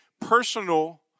personal